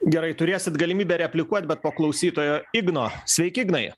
gerai turėsit galimybę replikuot bet po klausytojo igno sveiki ignai